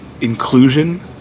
inclusion